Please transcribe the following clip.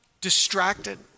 distracted